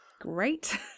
Great